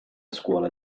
scuola